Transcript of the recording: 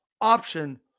option